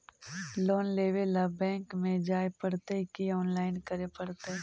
Loan लेवे ल bank में जाय पड़तै कि औनलाइन करे पड़तै?